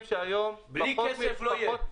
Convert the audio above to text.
בלי כסף זה לא יהיה.